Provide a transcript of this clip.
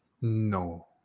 No